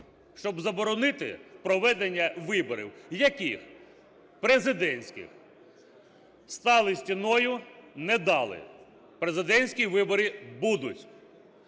щоб заборонити проведення виборів. Яких? Президентських. Стали стіною, не дали. Президентські вибори будуть.